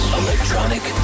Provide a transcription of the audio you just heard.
electronic